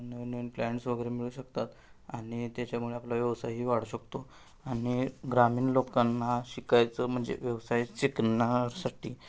नवीन नवीन प्लॅन्स वगैरे मिळू शकतात आणि त्याच्यामुळे आपला व्यवसायही वाढू शकतो आणि ग्रामीण लोकांना शिकायचं म्हणजे व्यवसाय शिकण्यासाठी